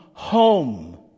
home